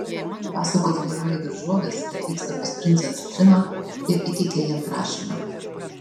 pasakos herojai daržovės atvyksta pas princą citriną ir įteikia jam prašymą